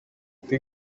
take